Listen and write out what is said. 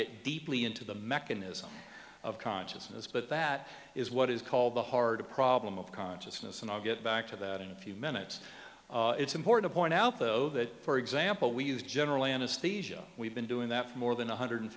get deeply into the mechanism of consciousness but that is what is called the hard problem of consciousness and i'll get back to that in a few minutes it's important to point out though that for example we use general anesthesia we've been doing that for more than one hundred